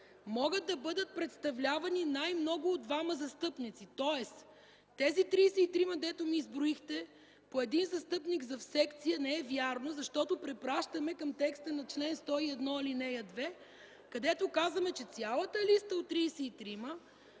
могат да бъдат представлявани най-много от двама застъпници.”. Тези тридесет и трима, които изброихте, по един застъпник в секция – не е вярно, защото препращаме към текста на чл. 101, ал. 2, където казваме, че цялата листа от